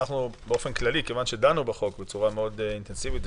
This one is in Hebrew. מכיוון שדנו בחוק בצורה מאוד אינטנסיבית,